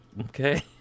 okay